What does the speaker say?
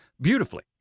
beautifully